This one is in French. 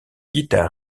guitare